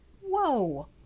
Whoa